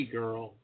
girl